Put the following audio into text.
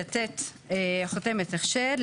לתת חותמת הכשר,